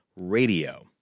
Radio